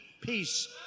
peace